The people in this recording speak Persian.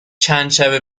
چندشب